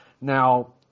Now